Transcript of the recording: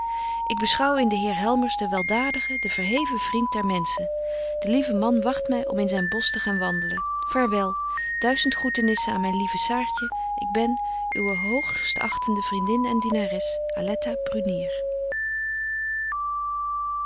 ik beschouw in den heer helmers den weldadigen den verheven vriend der menschen de lieve man wagt my om in zyn bosch te gaan wandelen vaarwel duizend groetenissen aan myn lieve saartje ik ben uwe hoogstachtende vriendin en dienares